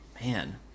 Man